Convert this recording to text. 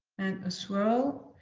a swirl.